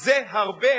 זה הרבה,